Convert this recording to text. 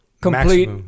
complete